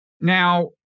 Now